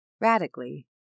Radically